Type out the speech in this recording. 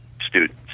students